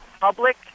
public